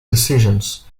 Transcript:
decisions